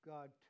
God